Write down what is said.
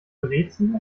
brezen